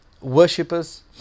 worshippers